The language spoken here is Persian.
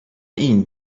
این